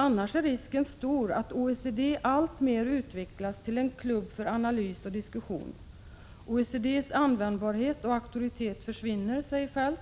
Annars är risken stor att OECD alltmer utvecklas till en klubb för analys och diskussion. OECD:s användbarhet och auktoritet försvinner, säger Feldt,